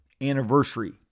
anniversary